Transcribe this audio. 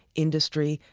industry,